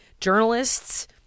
journalists